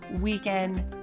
weekend